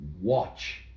watch